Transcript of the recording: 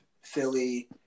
Philly